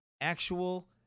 actual